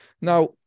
now